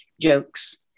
jokes